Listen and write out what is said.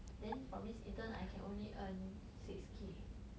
then from this intern I can only earn six k